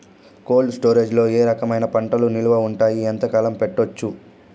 Cold storage లో ఏ రకమైన పంటలు నిలువ ఉంటాయి, ఎంతకాలం పెట్టొచ్చు?